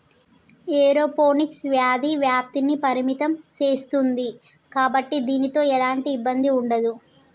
aeroponics వ్యాధి వ్యాప్తిని పరిమితం సేస్తుంది కాబట్టి దీనితో ఎలాంటి ఇబ్బంది ఉండదు